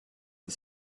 the